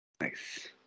nice